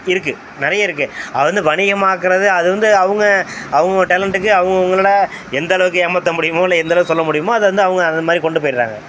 இருக்குது நிறைய இருக்குது அதை வந்து வணிகமாக்குறது அது வந்து அவங்க அவங்க டேலண்ட்டுக்கு அவுங்கவங்களோட எந்தளவுக்கு ஏமாற்ற முடியுமோ இல்லை எந்தளவு சொல்ல முடியுமோ அது வந்து அவங்க அது மாதிரி கொண்டு போயிடறாங்க